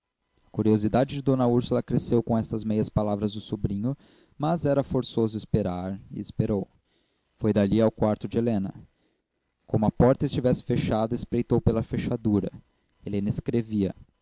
curiosidade de d úrsula cresceu com estas meias palavras do sobrinho mas era forçoso esperar e esperou foi dali ao quarto de helena como a porta estivesse fechada espreitou pela fechadura helena